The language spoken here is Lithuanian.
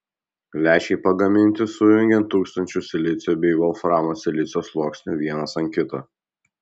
lęšiai pagaminti sujungiant tūkstančius silicio bei volframo silicido sluoksnių vienas ant kito